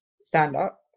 stand-up